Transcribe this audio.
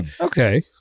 Okay